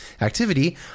activity